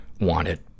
wanted